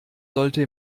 sollte